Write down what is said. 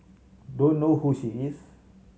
don't know who she is